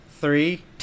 Three